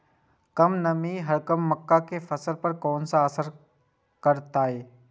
कम नमी हमर मक्का के फसल पर केना असर करतय?